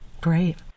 Great